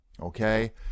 Okay